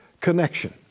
connection